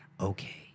okay